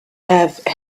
have